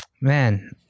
Man